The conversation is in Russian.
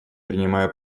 принимаю